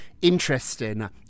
interesting